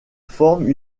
forment